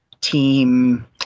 team